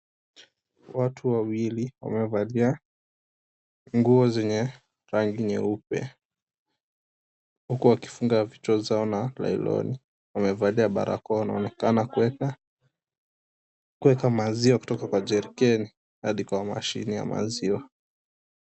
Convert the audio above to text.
Watu wawili wamevalia nguo za rangi nyeupe huku wakifunga vichwa zao na lailoni huku waki valia barakoa wanaonekana waki weka maziwa kutoka kwa jerikeni hadi kwa mashini ya maziwa.